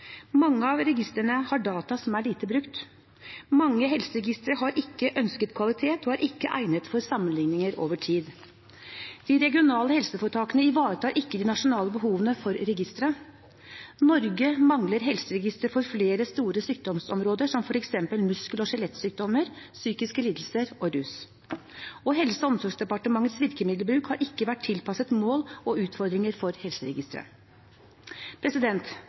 Mange av registrene har data som er lite brukt. Mange helseregistre har ikke ønsket kvalitet og er ikke egnet for sammenligninger over tid. De regionale helseforetakene ivaretar ikke de nasjonale behovene for registre. Norge mangler helseregister for flere store sykdomsområder, som f.eks. muskel- og skjelettsykdommer, psykiske lidelser og rus. Helse- og omsorgsdepartementets virkemiddelbruk har ikke vært tilpasset mål og utfordringer for